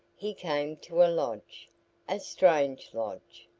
he came to a lodge a strange lodge,